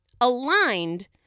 aligned